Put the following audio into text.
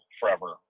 forever